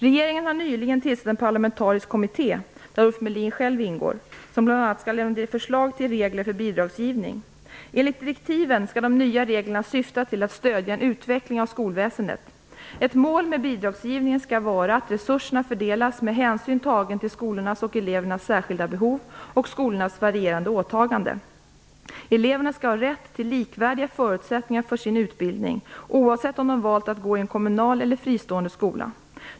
Regeringen har nyligen tillsatt en parlamentarisk kommitté, där Ulf Melin själv ingår, som bl.a. skall lämna förslag till regler för bidragsgivning. Enligt direktiven skall de nya reglerna syfta till att stödja en utveckling av skolväsendet. Ett mål med bidragsgivningen skall vara att resurserna fördelas med hänsyn tagen till skolornas och elevernas särskilda behov och skolornas varierande åtagande. Eleverna skall ha rätt till likvärdiga förutsättningar för sin utbildning, oavsett om de valt att gå i en kommunal eller fristående skola.